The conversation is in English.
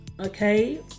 okay